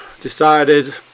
decided